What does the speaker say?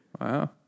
Wow